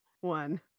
one